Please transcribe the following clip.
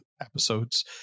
episodes